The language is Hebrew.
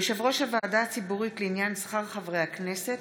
(יושב-ראש הוועדה הציבורית לעניין שכר חברי הכנסת),